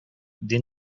дин